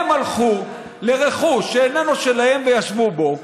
הם הלכו לרכוש שאיננו שלהם וישבו בו.